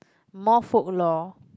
more folklore